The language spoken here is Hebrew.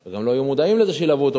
וגם לא יהיו מודעים לזה כדי שילוו אותו,